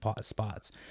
spots